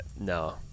No